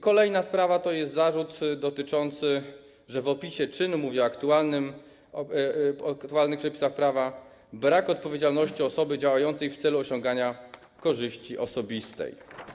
Kolejna sprawa to zarzut dotyczący tego, że w opisie czynu - mówię o aktualnych przepisach prawa - brak jest odpowiedzialności osoby działającej w celu osiągania korzyści osobistej.